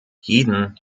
jedem